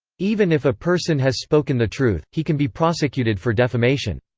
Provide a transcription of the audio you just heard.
even if a person has spoken the truth, he can be prosecuted for defamation.